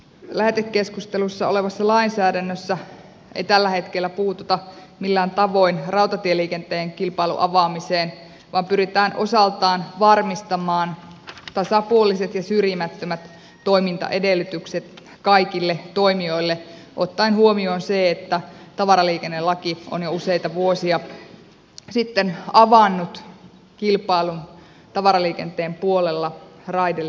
lähetekeskustelussa olevassa lainsäädännössä ei tällä hetkellä puututa millään tavoin rautatieliikenteen kilpailun avaamiseen vaan pyritään osaltaan varmistamaan tasapuoliset ja syrjimättömät toimintaedellytykset kaikille toimijoille ottaen huomioon se että tavaraliikennelaki on jo useita vuosia sitten avannut kilpailun tavaraliikenteen puolella raideliikenteessä